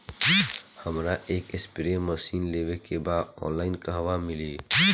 हमरा एक spray machine लेवे के बा ऑनलाइन कहवा मिली?